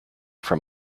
from